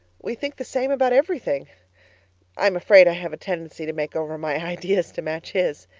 we think the same about everything i am afraid i have a tendency to make over my ideas to match his!